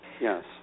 yes